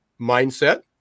mindset